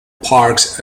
parks